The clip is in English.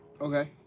Okay